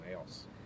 else